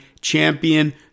champion